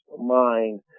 mind